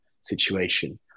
situation